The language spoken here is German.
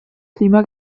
klima